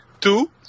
Two